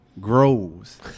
grows